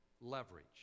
leverage